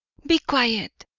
be quiet!